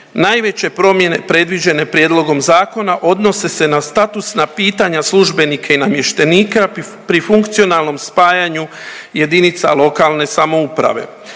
Najveće promjene predviđene prijedlogom zakona odnose se na statusna pitanja službenika i namještenika pri funkcionalnom spajanju jedinica lokalne samouprave.